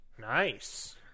nice